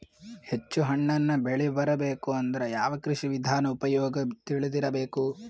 ಹೆಚ್ಚು ಹಣ್ಣನ್ನ ಬೆಳಿ ಬರಬೇಕು ಅಂದ್ರ ಯಾವ ಕೃಷಿ ವಿಧಾನ ಉಪಯೋಗ ತಿಳಿದಿರಬೇಕು?